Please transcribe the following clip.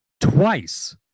twice